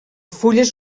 fulles